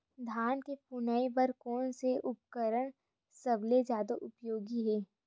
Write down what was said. धान के फुनाई बर कोन से उपकरण सबले जादा उपयोगी हे?